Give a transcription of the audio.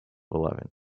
eleven